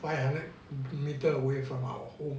five hundred meter away from our home